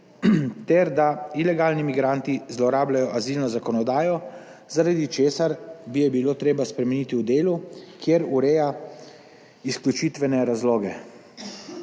ter da ilegalni migranti zlorabljajo azilno zakonodajo, zaradi česar bi jo bilo treba spremeniti v delu, kjer ureja izključitvene razloge.